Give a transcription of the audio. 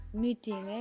meeting